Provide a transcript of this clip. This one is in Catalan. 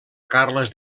carles